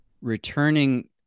returning